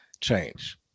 change